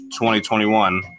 2021